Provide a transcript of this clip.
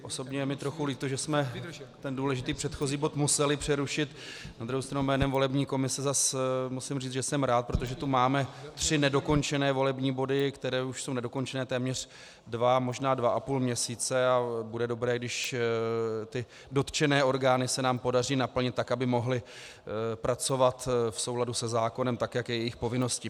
Osobně je mi trochu líto, že jsme ten důležitý předchozí bod museli přerušit, na druhou stranu jménem volební komise zase musím říci, že jsem rád, protože tu máme tři nedokončené volební body, které už jsou nedokončené dva, možná dvaapůl měsíce a bude dobré, když dotčené orgány se nám podaří naplnit tak, aby mohly pracovat v souladu se zákonem, jak je jejich povinností.